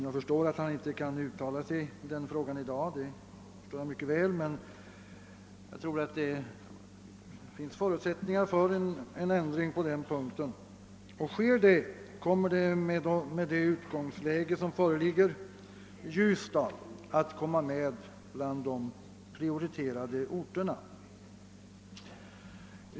Jag förstår mycket väl att han inte kan uttala sig i den frågan i dag, men jag tror att det finns förutsättningar för en ändring på den punkten. Blir det en ändring kommer, med det utgångsläge som föreligger, Ljusdal att komma med bland de prioriterade orterna.